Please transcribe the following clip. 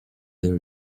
their